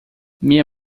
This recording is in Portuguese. minha